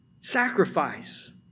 sacrifice